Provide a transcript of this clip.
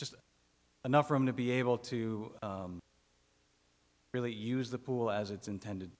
just enough room to be able to really use the pool as it's intended